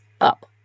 up